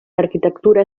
arquitectura